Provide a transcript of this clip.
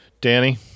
danny